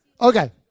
Okay